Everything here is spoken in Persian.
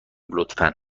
لطفا